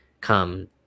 come